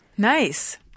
Nice